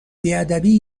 بیادبی